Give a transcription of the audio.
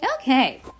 Okay